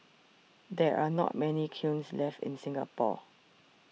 there are not many kilns left in Singapore